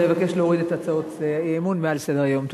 אני אבקש להוריד את הצעות האי-אמון מעל סדר-היום.